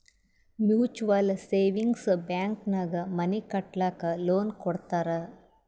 mutual savings bank ನಾಗ್ money ಕಟ್ಟಲಕ್ಕ್ loan ಕೊಡ್ತಾರ್